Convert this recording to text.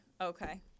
okay